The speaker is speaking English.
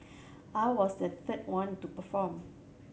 I was the third one to perform